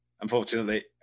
unfortunately